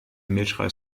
milchreis